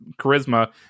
charisma